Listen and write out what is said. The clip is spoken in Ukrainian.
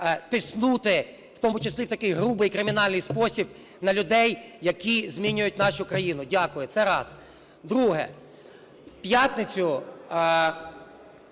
тиснути, в тому числі і в такий грубий кримінальний спосіб на людей, які змінюють нашу країну. Дякую. Це раз. Друге. В п'ятницю,